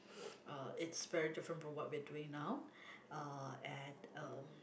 uh it's very different from what we are doing now uh and uh